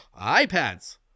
iPads